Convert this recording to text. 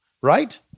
right